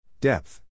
Depth